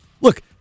look